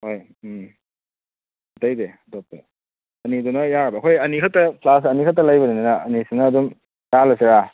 ꯍꯣꯏ ꯎꯝ ꯑꯇꯩꯗꯤ ꯑꯇꯣꯞꯄ ꯑꯅꯤꯗꯨꯅ ꯌꯥꯔꯕ ꯍꯣꯏ ꯑꯅꯤꯈꯛꯇ ꯐ꯭ꯂꯥꯛꯁ ꯑꯅꯤꯈꯛꯇ ꯂꯩꯕꯅꯤꯅ ꯑꯅꯤꯁꯤꯅ ꯑꯗꯨꯝ ꯌꯥꯍꯜꯂꯁꯤꯔꯥ